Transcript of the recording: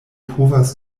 povas